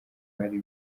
bari